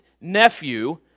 nephew